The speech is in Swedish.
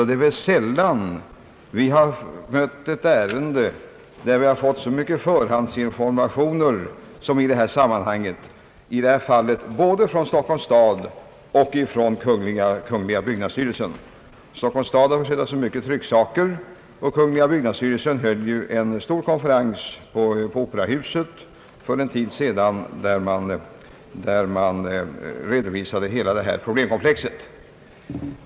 Det är väl sällan vi haft ett ärende där vi fått så mycket förhandsinformation som i detta sammanhang, både från Stockholms stad och från kungl. byggnadsstyrelsen. Stockholms stad har presenterat en mängd trycksaker, och kungl. byggnadsstyrelsen höll ju för någon tid sedan en stor konferens på Operahuset där man redovisade hela problemkomplexet.